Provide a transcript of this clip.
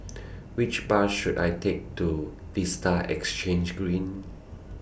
Which Bus should I Take to Vista Exhange Green